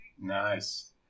Nice